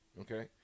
okay